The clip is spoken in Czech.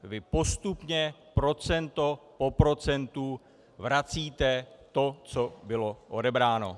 Vy postupně procento po procentu vracíte to, co bylo odebráno.